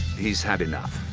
he's had enough,